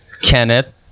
Kenneth